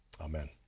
Amen